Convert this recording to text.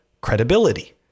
credibility